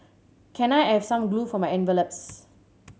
can I have some glue for my envelopes